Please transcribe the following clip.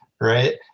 right